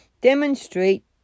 demonstrate